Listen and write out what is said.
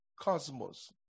cosmos